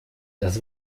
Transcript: das